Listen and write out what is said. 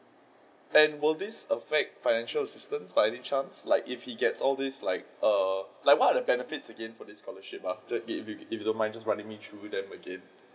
and will this affect financial assistance by any chance like if he gets all these like err like what are the benefits again for this scholarship err if if you don't mind running me through them again